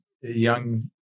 young